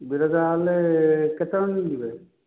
ବିରଜା ଗଲେ କେତେ ଜଣ ଯିବେ